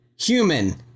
human